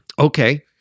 Okay